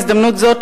בהזדמנות זאת,